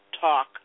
talk